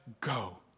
Go